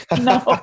No